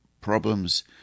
problems